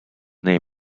name